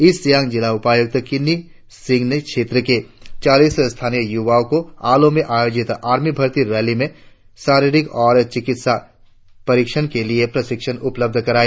east Siang जिला उपायुक्त किन्नी सिंह ने क्षेत्र के चालीस स्थानीय युवाओ को आलो में आयोजित आर्मी भर्ती रैली में शारिरीक और चिकित्सा परिक्षण के लिए प्रशिक्षण उपलब्ध कराई